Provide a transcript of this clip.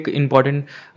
important